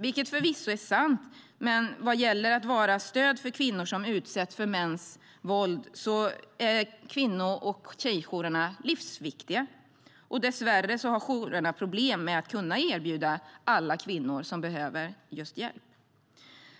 Det är förvisso sant, men vad gäller att vara stöd för kvinnor som utsätts för mäns våld är kvinno och tjejjourerna livsviktiga. Dessvärre har jourerna problem med att kunna erbjuda hjälp till alla kvinnor som behöver det.